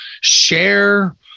share